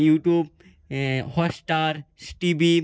YouTube Hotstar T V